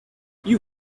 you